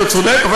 אתה צודק,